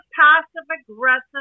passive-aggressive